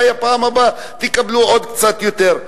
אולי בפעם הבאה תקבלו קצת יותר,